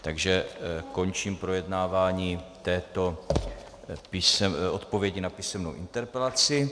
Takže končím projednávání této odpovědi na písemnou interpelaci.